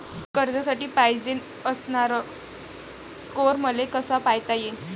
कर्जासाठी पायजेन असणारा स्कोर मले कसा पायता येईन?